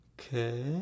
Okay